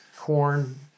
corn